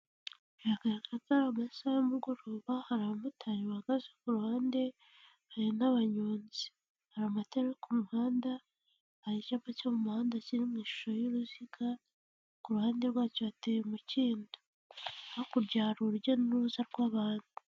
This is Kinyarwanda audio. Hagaraga ko hari amasaha y'umugoroba, hari abamotari bahagaze ku ruhande, hari n'abanyonzi. Hari amatara yo ku muhanda, hari icyapa cyo mu muhanda kiri mu ishusho y'uruziga, ku ruhande rwacyo hateye umukindo. Hakuryara hari urujya n'uruza rw'abantu.